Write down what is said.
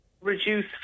reduce